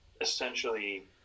essentially